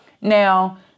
Now